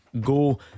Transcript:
go